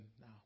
now